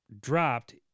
dropped